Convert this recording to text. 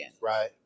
Right